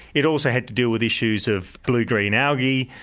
it also had to deal with issues of blue-green algae,